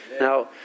Now